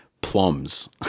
plums